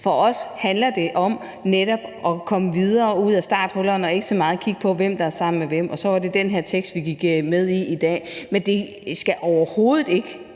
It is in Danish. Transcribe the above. For os handler det om netop at komme videre og ud af starthullerne og ikke så meget om at kigge på, hvem der er sammen med hvem, og så var det den her tekst, vi gik med på i dag. Men det skal overhovedet ikke